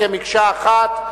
כמקשה אחת.